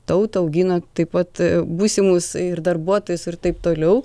tautą augina taip pat būsimus darbuotojus ir taip toliau